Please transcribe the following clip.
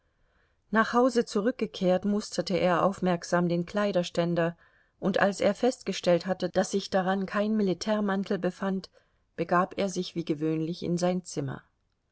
nach hause zurückgekehrt musterte er aufmerksam den kleiderständer und als er festgestellt hatte daß sich daran kein militärmantel befand begab er sich wie gewöhnlich in sein zimmer